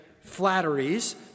flatteries